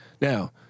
Now